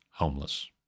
Homeless